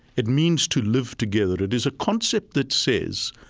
it means to live together. it is a concept that says,